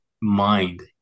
mind